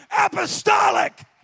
apostolic